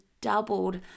doubled